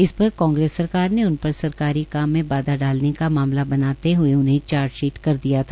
इस पर कांग्रेस सरकार ने उन पर सरकारी काम में बाधा डालने का मामला बनाते हए उन्हें चार्जशीट कर दिया था